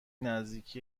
نزدیک